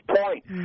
point